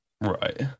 Right